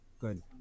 Good